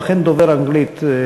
הוא אכן דובר אנגלית,